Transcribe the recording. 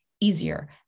easier